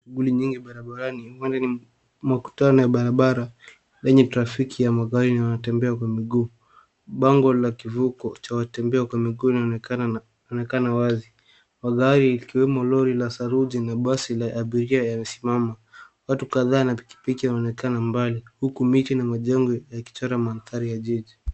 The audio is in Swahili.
Shughuli nyingi barabarani, huenda ni makutano ya barabara lenye trafiki ya magari na wanaotembea kwa miguu. Bango la kivuko cha watembea kwa miguu linaonekana wazi. Magari ikiwemo lori la saruji na basi la abiria yamesimama. Watu kadhaa na pikipiki yanaonekana mbali huku miti na majengo yakichora mandhari ya jiji.